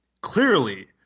clearly –